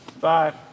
Bye